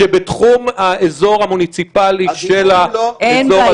-- שבתחום האזור המוניציפלי של האזור